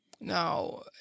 Now